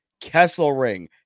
Kesselring